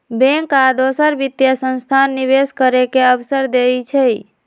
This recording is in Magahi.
बैंक आ दोसर वित्तीय संस्थान निवेश करे के अवसर देई छई